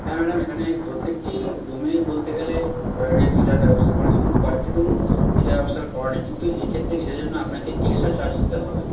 হ্যাঁ ম্যাডাম এখানে প্রত্যেকটি রুমে বলতে গেলে টয়লেট গিজার ব্যবস্থা করা আছে কিন্তু কয়েকটি রুম গিজার ব্যবস্থা করা নেই কিন্তু এ ক্ষেত্রে গিজারের জন্য আপনাকে এক্সট্রা চার্জ দিতে হবে